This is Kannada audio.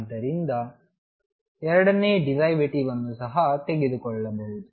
ಆದ್ದರಿಂದ ಎರಡನೇ ಡಿರೈವೆಟಿವ್ ಅನ್ನು ಸಹ ತೆಗೆದುಕೊಳ್ಳಬಹುದು